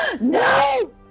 No